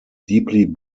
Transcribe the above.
deeply